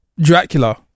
dracula